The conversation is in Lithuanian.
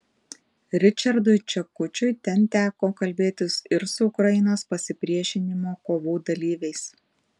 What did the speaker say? ričardui čekučiui ten teko kalbėtis ir su ukrainos pasipriešinimo kovų dalyviais